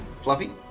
Fluffy